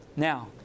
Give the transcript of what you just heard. Now